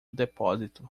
depósito